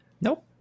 Nope